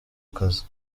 kazi